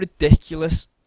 ridiculous